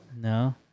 No